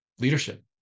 leadership